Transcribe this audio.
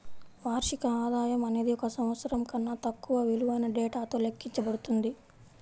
వార్షిక ఆదాయం అనేది ఒక సంవత్సరం కన్నా తక్కువ విలువైన డేటాతో లెక్కించబడుతుంది